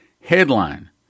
Headline